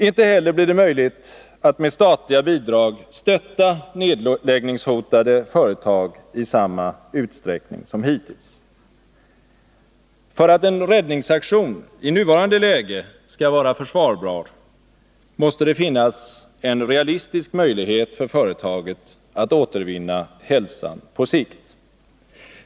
Inte heller blir det möjligt att med statliga bidrag stötta nedläggningshotade företag i samma utsträckning som hittills. För att en räddningsaktion i nuvarande läge skall vara försvarbar måste det finnas en realistisk möjlighet för företaget att återvinna hälsan på sikt.